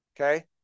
okay